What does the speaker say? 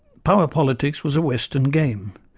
power politics was a western game.